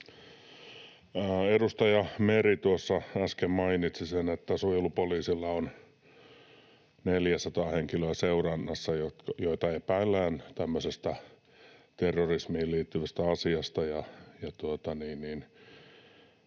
Edustaja Meri tuossa äsken mainitsi sen, että suojelupoliisilla on seurannassa 400 henkilöä, joita epäillään tämmöisestä terrorismiin liittyvästä asiasta.